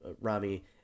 Rami